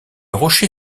rocher